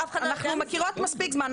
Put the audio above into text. אנחנו מכירות מספיק זמן.